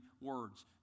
words